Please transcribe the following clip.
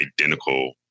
identical